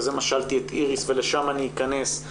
ועל זה שאלתי את איריס ולשם אני אכנס,